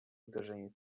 uderzenie